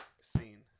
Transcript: Scene